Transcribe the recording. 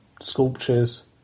sculptures